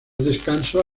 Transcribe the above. descanso